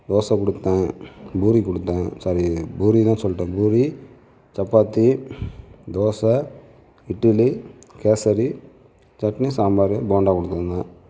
தோசை கொாடுத்தேன் பூரி கொடுத்தேன் சாரி பூரிதான் சொல்லிட்டேன் பூரி சப்பாத்தி தோசை இட்லி கேசரி சட்னி சாம்பார் போண்டா கொடுத்துருந்தேன்